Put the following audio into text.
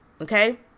Okay